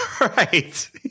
Right